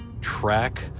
track